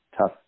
tough